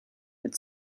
but